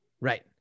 Right